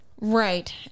Right